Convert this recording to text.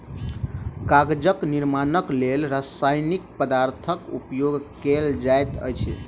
कागजक निर्माणक लेल रासायनिक पदार्थक उपयोग कयल जाइत अछि